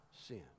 sin